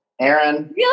Aaron